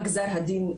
מה גזר הדין,